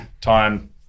time